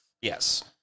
Yes